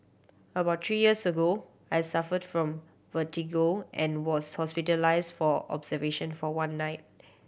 about three years ago I suffered from vertigo and was hospitalised for observation for one night